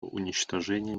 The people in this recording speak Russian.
уничтожения